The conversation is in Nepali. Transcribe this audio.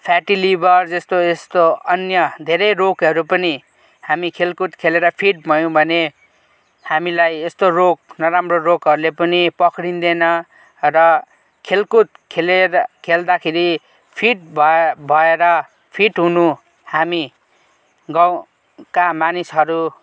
फ्याट्टी लिभर जस्तो यस्तो अन्य धेरै रोगहरू पनि हामी खेलकुद खेलेर फिट भयौँ भने हामीलाई यस्तो रोग नराम्रो रोगहरूले पनि पक्रिँदैन र खेलकुद खेलेर खेल्दाखेरि फिट भ भएर फिट हुनु हामी गाउँका मानिसहरू